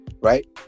right